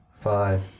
five